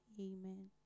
Amen